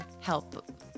help